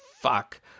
fuck